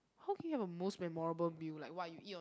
how can you have a most memorable meal like !wah! you eat